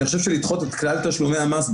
אני חושב שלדחות את כלל תשלומי המס,